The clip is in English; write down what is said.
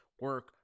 Work